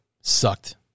sucked